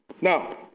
Now